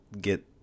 get